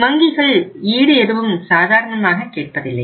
வங்கிகள் ஈடு எதுவும் சாதாரணமாக கேட்பதில்லை